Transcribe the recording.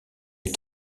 est